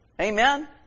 Amen